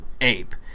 ape